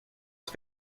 ska